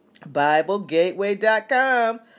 BibleGateway.com